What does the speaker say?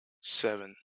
seven